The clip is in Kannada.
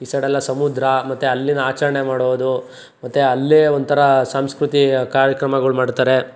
ಈ ಸೈಡೆಲ್ಲ ಸಮುದ್ರ ಮತ್ತೆ ಅಲ್ಲಿನ ಆಚರಣೆ ಮಾಡೋದು ಮತ್ತು ಅಲ್ಲೇ ಒಂಥರ ಸಂಸ್ಕೃತಿ ಕಾರ್ಯಕ್ರಮಗಳು ಮಾಡ್ತಾರೆ